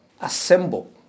assemble